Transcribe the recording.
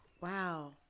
Wow